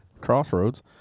Crossroads